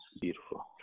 Beautiful